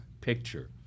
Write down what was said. picture